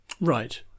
Right